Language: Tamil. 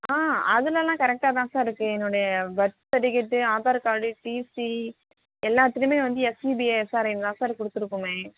ஆ அதெலலாம் கரெக்ட்டாக தான் சார்ருக்கு என்னோடய birth certificate Aadhaar card TC எல்லாத்துலேயுமே வந்து எஸ்யுபிஏஎஸ்ஆர்ஐன் தான் சார் கொடுத்துருக்கோமே